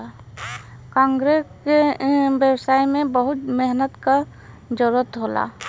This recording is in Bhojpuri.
कार्गो के व्यवसाय में बहुत मेहनत क जरुरत होला